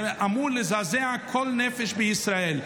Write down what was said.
זה אמור לזעזע כל נפש בישראל.